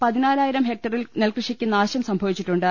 പതിനാ ലായിരം ഹെക്ടറിൽ നെൽകൃഷിയ്ക്ക് നാശം സംഭവിച്ചിട്ടുണ്ട്